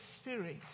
spirit